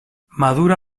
madura